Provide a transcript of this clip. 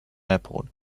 airport